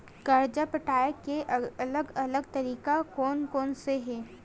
कर्जा पटाये के अलग अलग तरीका कोन कोन से हे?